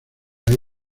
aire